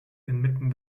inmitten